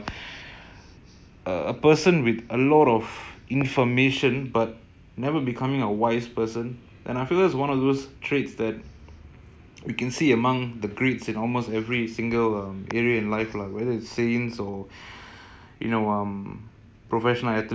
look at it we wear clothes and all that but we actually are walking around life naked I mean how much can your clothes hide you I'm asking you a question